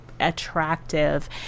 attractive